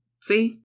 See